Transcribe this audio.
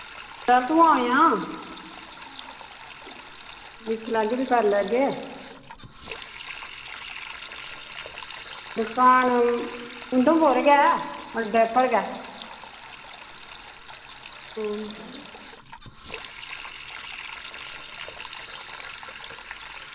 चल तूं आयां दिक्खी लैगे फ्ही करी लैगे दकान उधमपुर गै अड्डे उप्पर गै